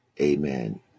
amen